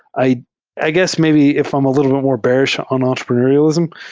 i i guess maybe if i'm a little more bear ish on entrepreneur ialism,